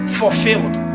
fulfilled